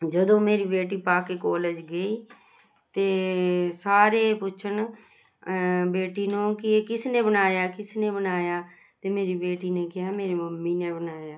ਜਦੋਂ ਮੇਰੀ ਬੇਟੀ ਪਾ ਕੇ ਕੋਲਜ ਗਈ ਤਾਂ ਸਾਰੇ ਪੁੱਛਣ ਬੇਟੀ ਨੂੰ ਕਿ ਇਹ ਕਿਸ ਨੇ ਬਣਾਇਆ ਕਿਸ ਨੇ ਬਣਾਇਆ ਤਾਂ ਮੇਰੀ ਬੇਟੀ ਨੇ ਕਿਹਾ ਮੇਰੀ ਮੰਮੀ ਨੇ ਬਣਾਇਆ